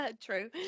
True